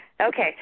Okay